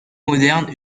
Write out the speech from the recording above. modernes